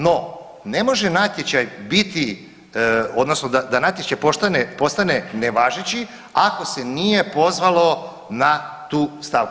No, ne može natječaj biti odnosno da natječaj postane nevažeći ako se nije pozvalo na tu stavku.